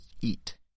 eat